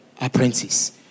Apprentice